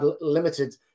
limited